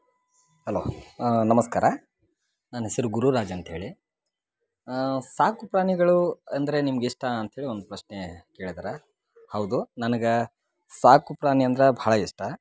hello ನಮಸ್ಕಾರ ನನ್ನ ಹೆಸರು ಗುರುರಾಜ್ ಅಂಥೇಳಿ ಸಾಕು ಪ್ರಾಣಿಗಳು ಅಂದರೆ ನಿಮ್ಗೆ ಇಷ್ಟ ಅಂಥೇಳಿ ಒಂದು ಪ್ರಶ್ನೆ ಕೇಳಿದರೆ ಹೌದು ನನಗೆ ಸಾಕು ಪ್ರಾಣಿ ಅಂದ್ರೆ ಬಹಳ ಇಷ್ಟ